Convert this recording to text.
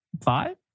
five